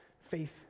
faith